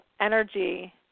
energy